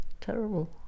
Terrible